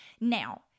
Now